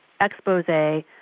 expose